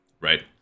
right